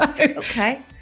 Okay